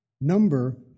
number